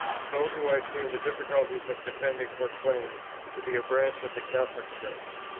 so do i feel the difficulties of defending her claims to be a branch of the catholic church.